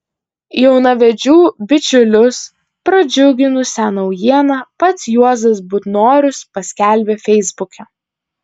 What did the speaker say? jaunavedžių bičiulius pradžiuginusią naujieną pats juozas butnorius paskelbė feisbuke